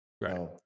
Right